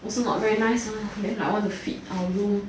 also not very nice mah then I want to fit our room